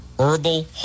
Herbal